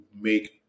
make